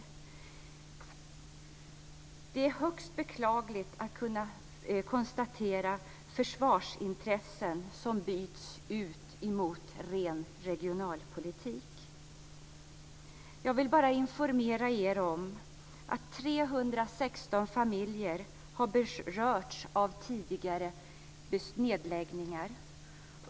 Det är högst beklagligt att kunna konstatera att försvarsintressen byts ut mot ren regionalpolitik. Jag vill bara informera om att 316 familjer har berörts av tidigare nedläggningar.